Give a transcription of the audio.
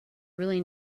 really